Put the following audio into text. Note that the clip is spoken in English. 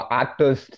actors